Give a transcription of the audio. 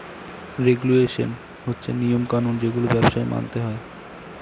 regulation হচ্ছে নিয়ম কানুন যেগুলো ব্যবসায় মানতে হয়